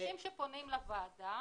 אנשים שפונים לוועדה,